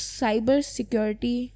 cybersecurity